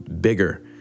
bigger